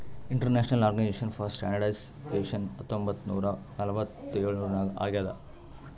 international organization for standardization ಹತ್ತೊಂಬತ್ ನೂರಾ ನಲ್ವತ್ತ್ ಎಳುರ್ನಾಗ್ ಆಗ್ಯಾದ್